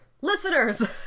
Listeners